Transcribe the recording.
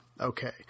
okay